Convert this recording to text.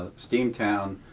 steamtown